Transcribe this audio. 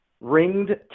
Ringed